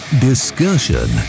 discussion